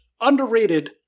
underrated